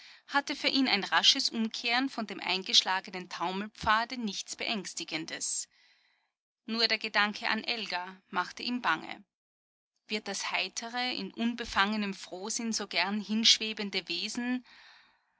hatte für ihn ein rasches umkehren von dem eingeschlagenen taumelpfade nichts beängstigendes nur der gedanke an elga machte ihm bange wird das heitere in unbefangenem frohsinn so gern hinschwebende wesen